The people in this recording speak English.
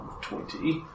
twenty